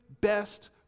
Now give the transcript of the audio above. best